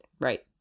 Right